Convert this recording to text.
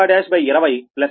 2020 8